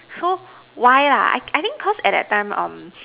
so why lah I I think cause at that time